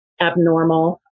abnormal